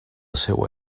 seua